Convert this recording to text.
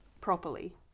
properly